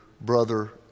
brother